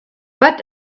but